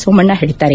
ಸೋಮಣ್ಣ ಹೇಳದ್ದಾರೆ